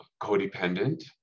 codependent